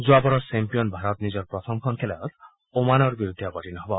যোৱাবাৰৰ ছেম্পিয়ন ভাৰত নিজৰ প্ৰথমখন খেলত অমানৰ বিৰুদ্ধে অৱতীৰ্ণ হব